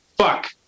Fuck